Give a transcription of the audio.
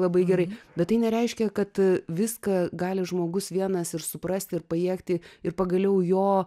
labai gerai bet tai nereiškia kad viską gali žmogus vienas ir suprasti ir pajėgti ir pagaliau jo